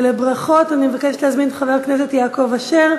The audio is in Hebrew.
לברכות אני מבקשת להזמין את חבר הכנסת יעקב אשר